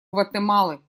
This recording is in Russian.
гватемалы